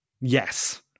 Yes